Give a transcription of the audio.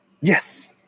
Yes